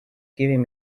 giving